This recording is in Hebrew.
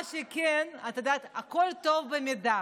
מה שכן, את יודעת, הכול טוב במידה.